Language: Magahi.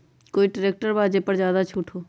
कोइ ट्रैक्टर बा जे पर ज्यादा छूट हो?